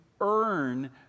earn